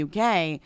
UK